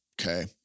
Okay